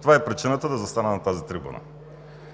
Това е причината да застана на тази трибуна